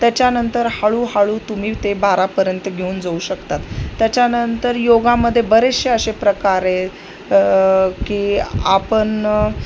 त्याच्यानंतर हळूहळू तुम्ही ते बारापर्यंत घेऊन जाऊ शकतात त्याच्यानंतर योगामध्ये बरेचसे असे प्रकार आहे की आपण